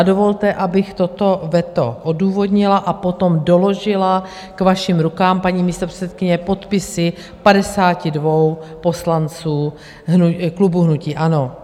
Dovolte, abych toto veto odůvodnila, a potom doložila k vašim rukám, paní místopředsedkyně, podpisy 52 poslanců klubu hnutí ANO.